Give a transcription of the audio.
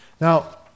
Now